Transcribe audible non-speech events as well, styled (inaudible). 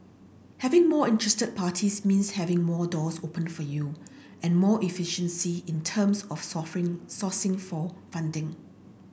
having more interested parties means having more doors opened for you and more efficiency in terms of (unintelligible) sourcing for funding